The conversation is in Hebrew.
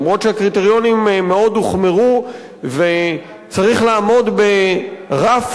אף שהקריטריונים מאוד הוחמרו וצריך לעמוד ברף